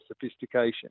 sophistication